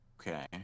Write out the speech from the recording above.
Okay